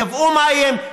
תייבאו מים,